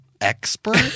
expert